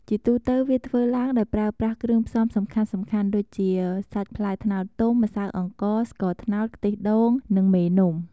ជាទូទៅវាធ្វើឡើងដោយប្រើប្រាស់គ្រឿងផ្សំសំខាន់ៗដូចជា សាច់ផ្លែត្នោតទុំ ម្សៅអង្ករ ស្ករត្នោត ខ្ទិះដូង និង មេនំ។